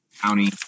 County